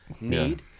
need